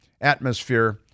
atmosphere